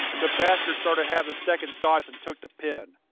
the bastard started having second thoughts and took the pen.